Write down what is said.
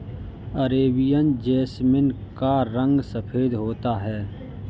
Arabian jasmine का रंग सफेद होता है